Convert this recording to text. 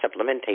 supplementation